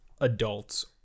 adults